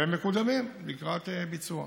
והם מקודמים לקראת ביצוע.